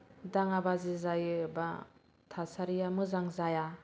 दाङा बाजि जायो एबा थासारिया मोजां जाया